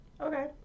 Okay